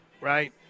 right